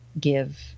give